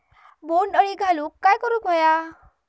बोंड अळी घालवूक काय करू व्हया?